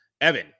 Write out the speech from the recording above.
Evan